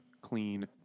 clean